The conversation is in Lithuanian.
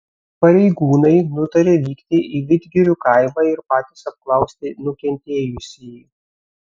pareigūnai nutarė vykti į vidgirių kaimą ir patys apklausti nukentėjusįjį